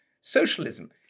socialism